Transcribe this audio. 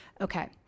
Okay